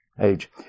age